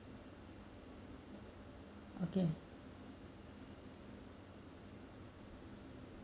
okay